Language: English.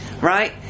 Right